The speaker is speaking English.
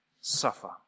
suffer